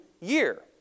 year